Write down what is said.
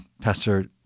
Pastor